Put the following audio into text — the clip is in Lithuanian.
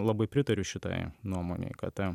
labai pritariu šitai nuomonei kad ta